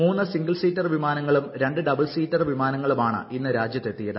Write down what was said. മൂന്ന് single seater വിമാനങ്ങളും രണ്ട് ഡബിൾ സീറ്റർ വിമാനങ്ങളുമാണ് ഇന്ന് രാജ്യത്തെത്തിയത്